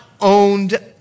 owned